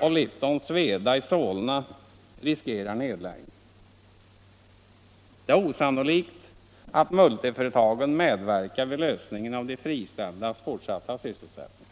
och Littons Sweda i Solna riskerar nedläggning. Det är osannolikt att multiföretagen medverkar vid lösningen av frågan om de friställdes fortsatta sysselsättning.